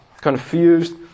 confused